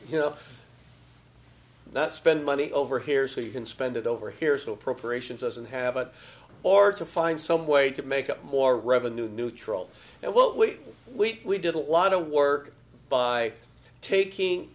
you know not spend money over here so you can spend it over here so appropriations as and have it or to find some way to make it more revenue neutral and what we we we did a lot of work by taking